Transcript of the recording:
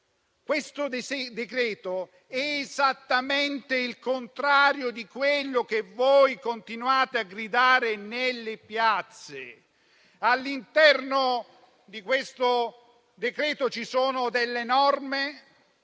nostro esame è esattamente il contrario di quello che continuate a gridare nelle piazze. All'interno di questo decreto ci sono delle norme